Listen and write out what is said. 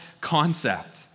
concept